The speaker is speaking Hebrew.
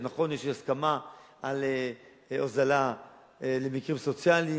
נכון שיש הסכמה על הוזלה למקרים סוציאליים,